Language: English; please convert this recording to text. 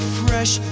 fresh